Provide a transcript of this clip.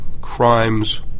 crimes